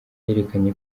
yerekana